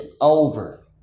over